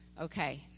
Okay